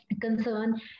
concern